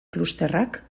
klusterrak